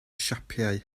siapau